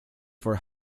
for